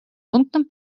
пунктам